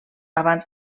abans